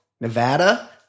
Nevada